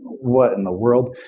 what in the world?